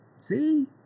See